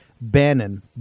Bannon